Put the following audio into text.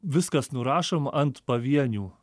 viskas nurašoma ant pavienių